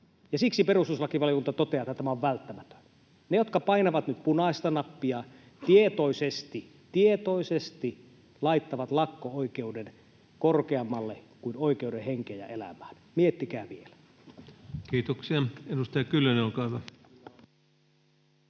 Siksi perustuslakivaliokunta toteaa, että tämä on välttämätön. Ne, jotka painavat nyt punaista nappia, tietoisesti, tietoisesti, laittavat lakko-oikeuden korkeammalle kuin oikeuden henkeen ja elämään. Miettikää vielä. Kiitoksia. — Edustaja Kyllönen, olkaa hyvä.